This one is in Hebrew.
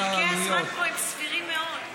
פרקי הזמן פה הם סבירים מאוד.